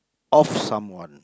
of someone